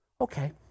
Okay